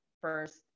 first